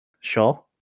sure